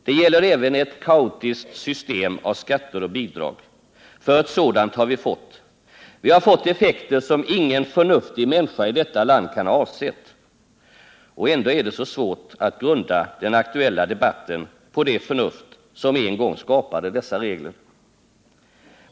Det gäller även ett kaotiskt system av skatter och bidrag. För ett sådant har vi fått. Vi har fått effekter som ingen förnuftig människa i vårt land kan ha avsett. Och ändå är det så svårt att grunda den aktuella debatten på det förnuft som en gång skapade dessa regler.